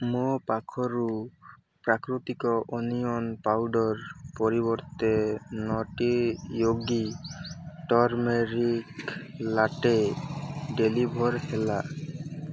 ମୋ ପାଖକୁ ପ୍ରାକୃତିକ ଓନିଅନ୍ ପାଉଡ଼ର୍ ପରିବର୍ତ୍ତେ Nutty Yogi turmeric latte deliver ହେଲା